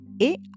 et